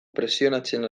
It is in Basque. presionatzen